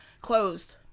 closed